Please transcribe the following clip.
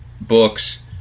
books